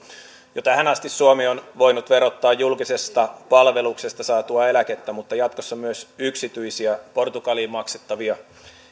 jo tähän asti suomi on voinut verottaa julkisesta palveluksesta saatua eläkettä mutta jatkossa myös yksityisiä portugaliin maksettavia